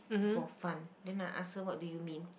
for fun then I ask her what do you mean